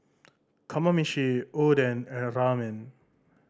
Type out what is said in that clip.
Kamameshi Oden and Ramen